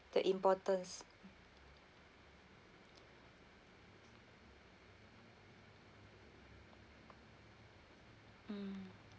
the importance mm